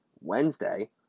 Wednesday